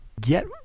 get